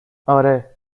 آره